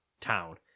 town